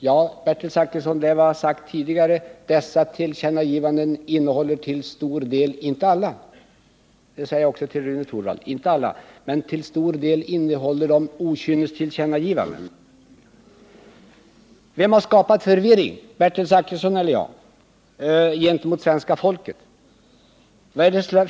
Men, Bertil Zachrisson, jag säger som jag sade tidigare, att dessa tillkännagivanden —-inte alla, det vill jag också säga till Rune Torwald — består till stor del av okynnestillkännagivanden. Och vem har skapat förvirring hos svenska folket — Bertil Zachrisson eller jag?